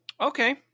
okay